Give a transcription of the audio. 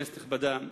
כנסת נכבדה,